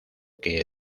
que